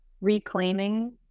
reclaiming